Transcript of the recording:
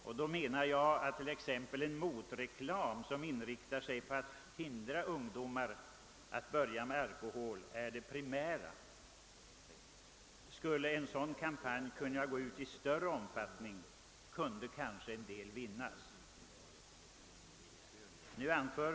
Jag menar att t.ex. en motreklam, som inriktas på att förhindra ungdomar från att börja med alkohol, är det primära. Skulle en sådan kampanj kunna genomföras i större omfattning kunde kanske en del vinnas.